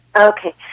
Okay